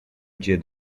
dia